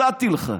הצעתי לך: